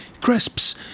crisps